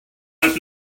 might